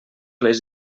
les